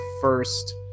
first